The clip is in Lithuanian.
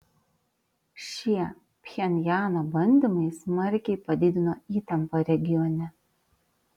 šie pchenjano bandymai smarkiai padidino įtampą regione